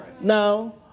Now